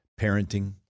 Parenting